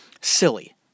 silly